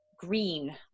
green